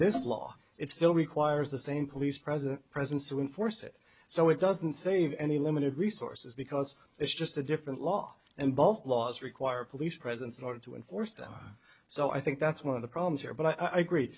this law it still requires the same police present presence to inforce it so it doesn't save any limited resources because it's just a different law and both laws require police presence or to enforce them so i think that's one of the problems here but i agree